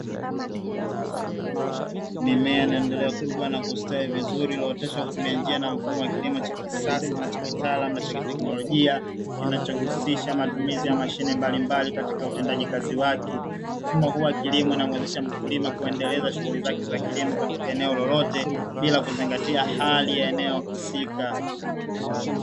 Mimea inaendelea kukua na kustawi vizuri iliyooteshwa kwa kutumia njia na mfumo wa kilimo cha kisasa na cha kitaalamu, na cha kitekenolojia kinachohusisha matumizi ya mashine mbalimbali katika utendaji kazi wake; mfumo huu wa kilimo unamwezesha mkulima kuendeleza shughuli zake za kilimo katika eneo lolote bila kuzingatia hali ya eneo husika.